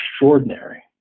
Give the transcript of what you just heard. extraordinary